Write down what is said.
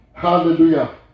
Hallelujah